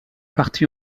parti